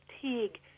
fatigue